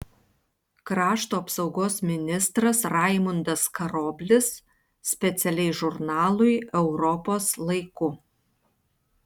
krašto apsaugos ministras raimundas karoblis specialiai žurnalui europos laiku